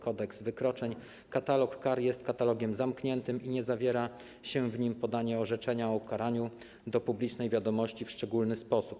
Kodeks wykroczeń, katalog kar jest katalogiem zamkniętym i nie zawiera się w nim podanie orzeczenia o ukaraniu do publicznej wiadomości w szczególny sposób.